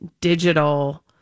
digital